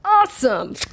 Awesome